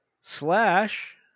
slash